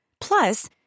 Plus